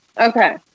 Okay